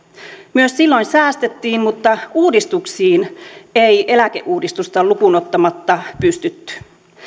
myös silloin säästettiin mutta uudistuksiin ei eläkeuudistusta lukuun ottamatta pystytty